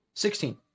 Sixteen